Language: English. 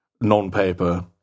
non-paper